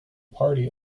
party